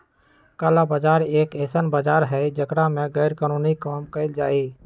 काला बाजार एक ऐसन बाजार हई जेकरा में गैरकानूनी काम कइल जाहई